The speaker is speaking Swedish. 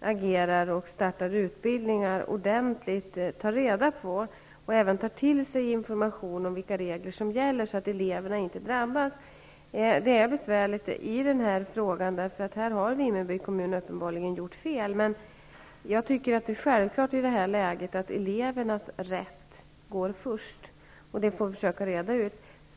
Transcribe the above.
agerar och startar utbildningar, ordentligt tar reda på och även tar till sig information om vilka regler som gäller, så att eleverna inte drabbas. Den här frågan är besvärlig. Här har Vimmerby kommun uppenbarligen gjort fel. Men det är självklart att elevernas rätt går före allting annat, och det får man försöka reda ut.